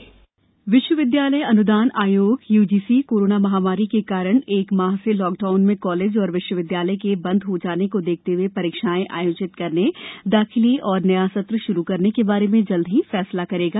corona UGC विश्वविदयालय अनुदान आयोग युजीसी कोरोना महामारी के कारण एक माह से लॉक ाउन में कॉलेज और विश्वविद्यालय के बन्द हो जाने को देखते हए परीक्षाएं आयोजित करने दाखिले और नया सत्र श्रू करने के बारे में जल्द ही फैसला करेगा